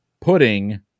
Pudding